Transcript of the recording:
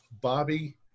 Bobby